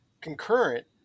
concurrent